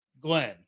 Glenn